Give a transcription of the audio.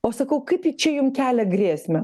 o sakau kaip ji čia jum kelia grėsmę